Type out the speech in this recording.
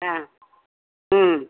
ஆ ம்